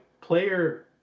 player